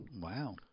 Wow